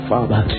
Father